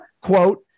quote